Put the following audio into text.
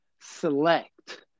select